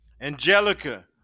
Angelica